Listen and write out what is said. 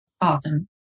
Awesome